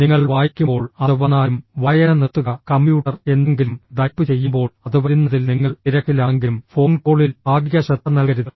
നിങ്ങൾ വായിക്കുമ്പോൾ അത് വന്നാലും വായന നിർത്തുക കമ്പ്യൂട്ടർ എന്തെങ്കിലും ടൈപ്പ് ചെയ്യുമ്പോൾ അത് വരുന്നതിൽ നിങ്ങൾ തിരക്കിലാണെങ്കിലും ഫോൺ കോളിൽ ഭാഗിക ശ്രദ്ധ നൽകരുത്